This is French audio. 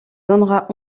donnera